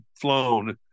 flown